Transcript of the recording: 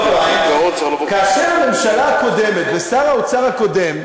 כאשר הממשלה הקודמת ושר האוצר הקודם,